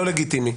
לא לגיטימי,